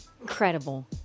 Incredible